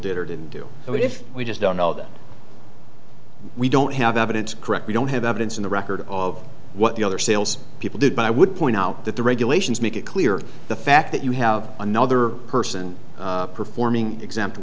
did or didn't do i mean if we just don't know that we don't have evidence correct we don't have evidence in the record of what the other sales people did but i would point out that the regulations make it clear the fact that you have another person performing exempt